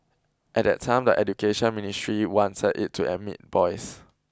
at that time the Education Ministry wanted it to admit boys